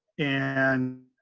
and